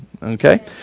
Okay